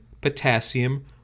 potassium